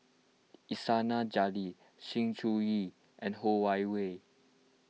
Iskandar Jalil Sng Choon Yee and Ho Wan Hui